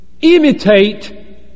imitate